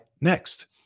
next